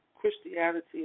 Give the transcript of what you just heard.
Christianity